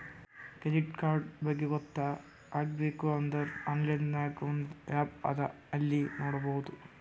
credit card ಬಗ್ಗೆ ಗೊತ್ತ ಆಗ್ಬೇಕು ಅಂದುರ್ ಆನ್ಲೈನ್ ನಾಗ್ ಒಂದ್ ಆ್ಯಪ್ ಅದಾ ಅಲ್ಲಿ ನೋಡಬೋದು